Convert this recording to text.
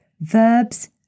verbs